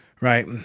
right